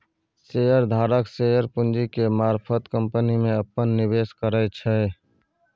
share धारक share पूंजी के मारफत कंपनी में अप्पन निवेश करै छै